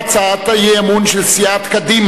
הצעת האי-אמון הראשונה היתה הצעת אי-אמון של סיעת קדימה,